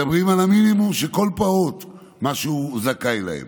מדברים על המינימום שכל פעוט זכאי לו.